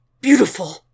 beautiful